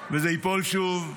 וזה ייפול שוב,